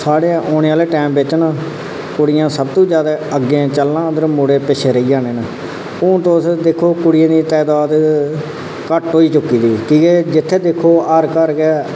ते साढ़े औने आह्ले टैम च ना कुड़ियें सब तू अग्गै चलना ते जागत् पिच्छें रेही जाने न हून तुस दिक्खो कुड़ियें दी तदाद घट्ट होई चुकी दी की के जित्थै दिक्खो हर घर गै